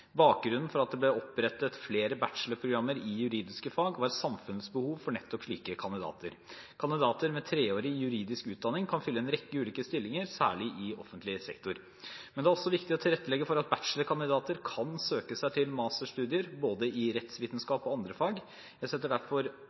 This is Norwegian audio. Bakgrunnen for at det ble opprettet flere bachelorprogrammer i juridiske fag var samfunnets behov for nettopp slike kandidater. Kandidater med treårig juridisk utdanning kan fylle en rekke ulike stillinger, særlig i offentlig sektor. Men det er også viktig å tilrettelegge for at bachelorkandidater kan søke seg til masterstudier, i både rettsvitenskap og andre fag. Jeg setter derfor